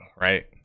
right